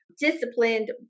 disciplined